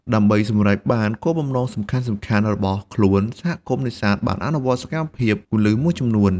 ដើម្បីសម្រេចបានគោលបំណងសំខាន់ៗរបស់ខ្លួន សហគមន៍នេសាទបានអនុវត្តសកម្មភាពគន្លឹះមួយចំនួន។